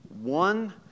One